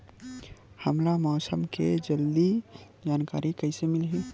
हमला मौसम के जल्दी जानकारी कइसे मिलही?